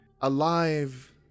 Alive